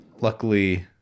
luckily